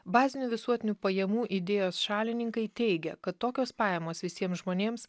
bazinių visuotinių pajamų idėjos šalininkai teigia kad tokios pajamos visiems žmonėms